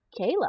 Kayla